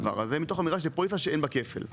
מתוך אמירה של פוליסה שאין בה כפל.